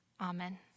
Amen